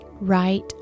right